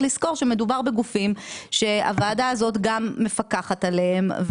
לזכור שמדובר בגופים שהוועדה הזאת גם מפקחת עליהם,